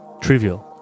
trivial